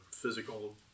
physical